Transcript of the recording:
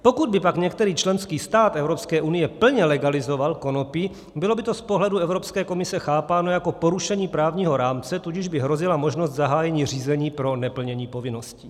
Pokud by pak některý členský stát Evropské unie plně legalizoval konopí, bylo by to z pohledu Evropské komise chápáno jako porušení právního rámce, tudíž by hrozila možnost zahájení řízení pro neplnění povinností.